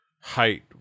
height